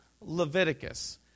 Leviticus